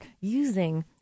using